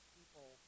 people